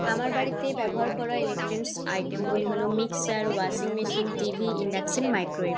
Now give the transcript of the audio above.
আমার বাড়িতে ব্যবহার করা ইলেকট্রনিক্স আইটেমগুলি হলো mixture washing machine T V induction microwave